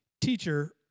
Teacher